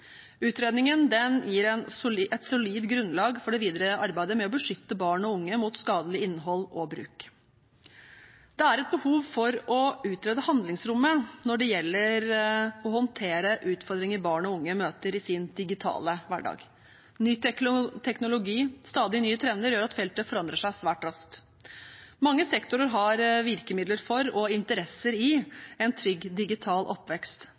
Utredningen gir et solid grunnlag for det videre arbeidet med å beskytte barn og unge mot skadelig innhold og bruk. Det er et behov for å utrede handlingsrommet når det gjelder å håndtere utfordringer barn og unge møter i sin digitale hverdag. Ny teknologi og stadig nye trender gjør at feltet forandrer seg svært raskt. Mange sektorer har virkemidler for – og interesser i – en trygg digital oppvekst.